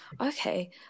Okay